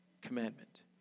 commandment